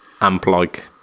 amp-like